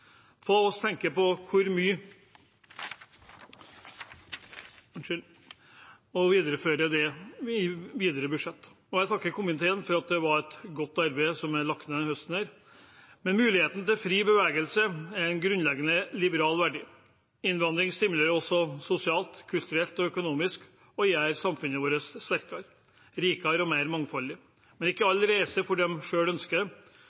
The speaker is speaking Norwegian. det i videre budsjetter. Jeg takker komiteen for at det var et godt arbeid som er lagt ned denne høsten. Muligheten til fri bevegelse er en grunnleggende liberal verdi. Innvandring stimulerer også sosialt, kulturelt og økonomisk og gjør samfunnet vårt sterkere, rikere og mer mangfoldig. Men ikke alle reiser fordi de selv ønsker